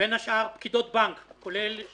בין השאר פקידות בכירות בבנק שנעקצו.